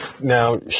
Now